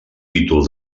títol